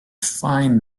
fine